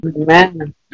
Amen